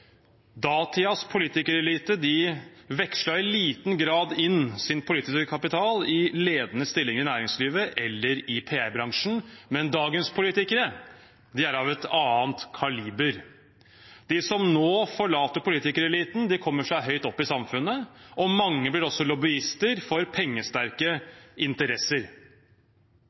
dagens politikere er av annet kaliber. De som nå forlater politikereliten, kommer seg høyt opp i samfunnet, og mange blir også lobbyister for pengesterke interesser.